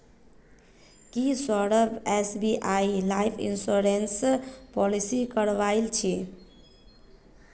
की Saurabh SBI life insurance policy करवइल छि